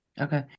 Okay